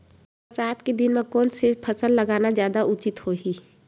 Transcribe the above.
बरसात के दिन म कोन से फसल लगाना जादा उचित होही?